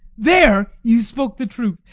there you spoke the truth!